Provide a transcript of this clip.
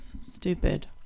stupid